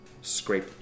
scrape